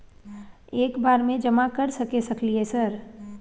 एक बार में जमा कर सके सकलियै सर?